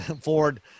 Ford